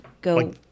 go